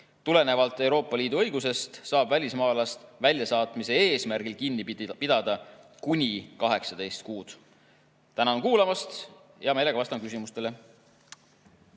Tulenevalt Euroopa Liidu õigusest saab välismaalast väljasaatmise eesmärgil kinni pidada kuni 18 kuud. Tänan kuulamast ja hea meelega vastan küsimustele.